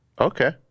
Okay